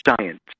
science